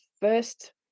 first